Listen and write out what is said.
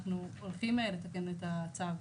אנחנו הולכים לתקן את הצו,